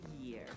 year